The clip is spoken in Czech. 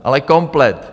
Ale komplet.